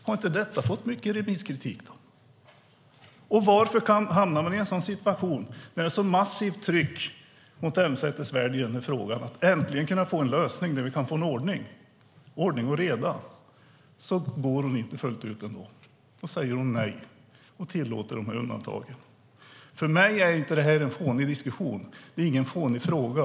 Har inte detta fått mycket remisskritik? Varför hamnar man i en sådan situation med ett sådant massivt tryck mot Elmsäter-Svärd i denna fråga? Äntligen skulle vi kunna få en lösning så att vi får ordning och reda. Men ändå vill hon inte gå fullt ut utan säger nej och tillåter dessa undantag. För mig är detta inte en fånig diskussion, och det är ingen fånig fråga.